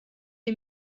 est